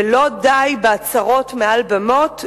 ולא די בהצהרות מעל במות.